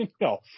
no